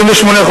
28%,